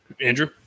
Andrew